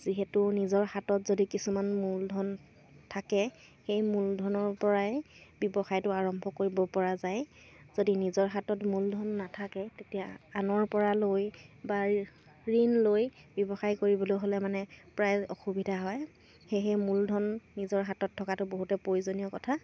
যিহেতু নিজৰ হাতত যদি কিছুমান মূলধন থাকে সেই মূলধনৰপৰাই ব্যৱসায়টো আৰম্ভ কৰিব পৰা যায় যদি নিজৰ হাতত মূলধন নাথাকে তেতিয়া আনৰপৰা লৈ বা ঋণ লৈ ব্যৱসায় কৰিবলৈ হ'লে মানে প্ৰায় অসুবিধা হয় সেয়েহে মূলধন নিজৰ হাতত থকাটো বহুতে প্ৰয়োজনীয় কথা